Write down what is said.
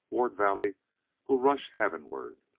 ward valley will rush heavenward.